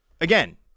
again